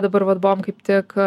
dabar vat buvom kaip tik